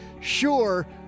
sure